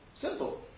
simple